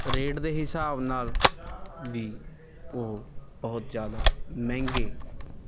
rate ਦੇ ਹਿਸਾਬ ਨਾਲ ਵੀ ਉਹ ਬਹੁਤ ਜ਼ਿਆਦਾ ਮਹਿੰਗੇ